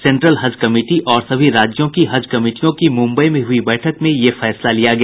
central Haj committee और सभी राज्यों की हज कमिटियों की मुम्बई में हुई बैठक में यह फैसला लिया गया